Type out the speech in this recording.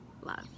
love